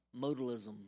modalism